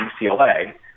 UCLA